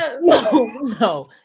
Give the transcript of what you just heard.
no